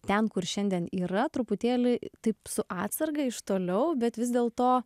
ten kur šiandien yra truputėlį taip su atsarga iš toliau bet vis dėl to